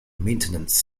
maintenance